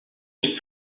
les